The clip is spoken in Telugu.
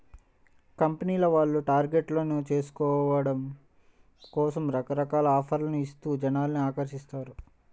కంపెనీల వాళ్ళు టార్గెట్లను చేరుకోవడం కోసం రకరకాల ఆఫర్లను ఇస్తూ జనాల్ని ఆకర్షిస్తారు